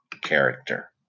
character